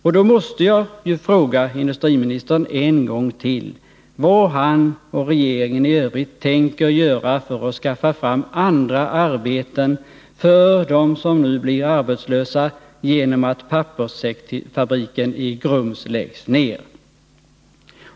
Och då måste jag fråga industriministern en gång till vad han och regeringen i övrigt tänker göra för att skaffa fram andra arbeten för dem som nu blir arbetslösa genom att papperssäckfabriken i Grums läggs ner.